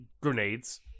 grenades